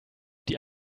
die